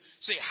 say